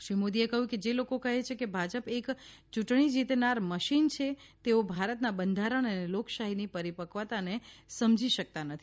શ્રી મોદીએ કહ્યું કે જે લોકો કહે છે કે ભાજપ એક ચુંટણી જીતનાર મશીન છે તેઓ ભારતના બંધારણ અને લોકશાહીની પરિપક્વતાને સમજી શકતા નથી